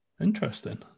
Interesting